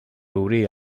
obrir